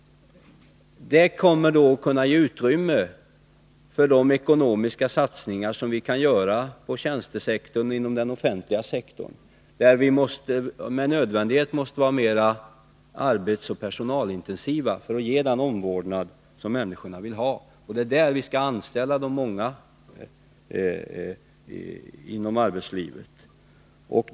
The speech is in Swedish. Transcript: Det kommer att kunna ge utrymme för de ekonomiska satsningar som vi kan göra inom den offentliga sektorn, där vi med nödvändighet måste vara mer arbetsoch personalintensiva för att ge den omvårdnad som människorna vill ha. Och det är där vi skall anställa de många inom arbetslivet.